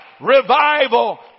revival